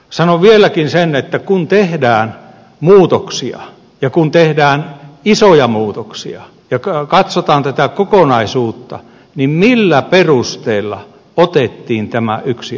kysyn vieläkin sitä kun tehdään muutoksia ja kun tehdään isoja muutoksia ja katsotaan tätä kokonaisuutta millä perusteilla otettiin tämä yksi asia irralleen